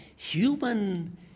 Human